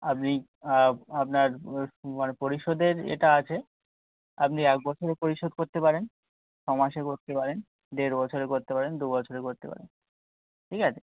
আপনি আপনার মানে পরিশোধের এটা আছে আপনি এক বছরেও পরিশোধ করতে পারেন ছ মাসে করতে পারেন দেড় বছরে করতে পারেন দু বছরেও করতে পারেন ঠিক আছে